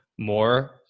more